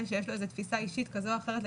שיש לו איזו תפיסה אישית כזו או אחרת,